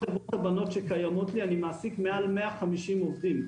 בכל --- שקיימות לי אני מעסיק מעל ל-150 עובדים,